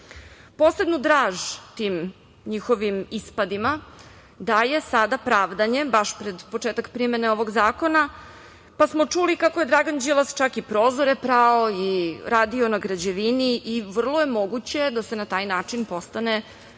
njih. Posebnu draž tim njihovim ispadima daje sada pravdanje, baš pred početak primene ovog zakona, pa smo čuli kako je Dragan Đilas čak i prozore prao i radio na građevini i vrlo je moguće da se na taj način postane najbogatiji